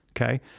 Okay